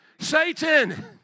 Satan